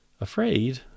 Afraid